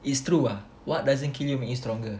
it's true ah what doesn't kill you makes you stronger